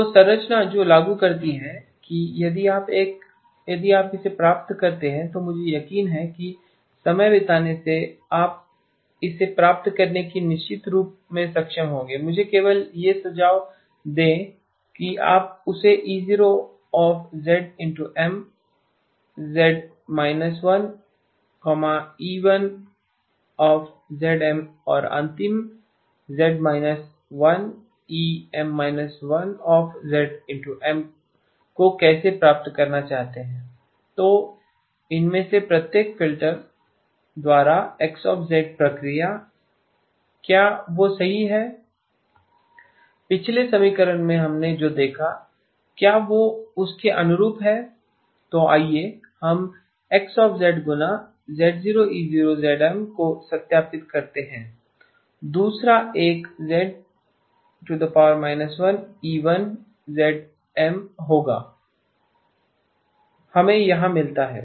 तो संरचना जो लागू करती है कि यदि आप इसे प्राप्त करते हैं तो मुझे यकीन है कि समय बिताने से आप इसे प्राप्त करने से निश्चित रूप में सक्षम होंगे मुझे केवल यह सुझाव दें कि हम उस E0 z−1 E1 और अंतिम z−1 EM−1 को कैसे प्राप्त करना चाहते हैं तो इनमें से प्रत्येक फ़िल्टर द्वारा X प्रक्रिया क्या वो सही है पिछले समीकरण में हमने जो देखा क्या वह उसके अनुरूप है तो आइए हम X गुणा z0E0 को सत्यापित करते हैं दूसरा एक z−1E1 होगा जो हमें यहाँ मिलता है